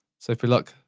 so if we look,